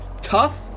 tough